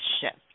shift